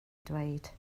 dweud